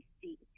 see